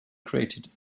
created